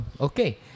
okay